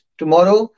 tomorrow